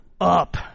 up